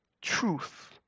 truth